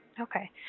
Okay